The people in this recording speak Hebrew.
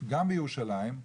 גם בירושלים,